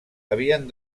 havien